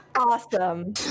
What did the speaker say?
Awesome